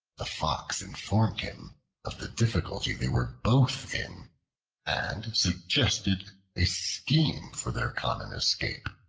the fox informed him of the difficulty they were both in and suggested a scheme for their common escape.